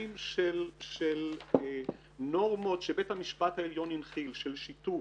של נורמות שבית המשפט העליון הנחיל של שיתוף,